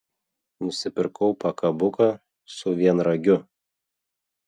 nusipirkau pakabuką su vienragiu